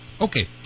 Okay